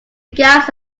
gaps